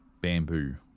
bamboo